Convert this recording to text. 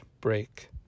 break